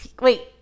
wait